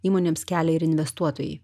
įmonėms kelia ir investuotojai